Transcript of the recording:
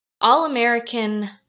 all-American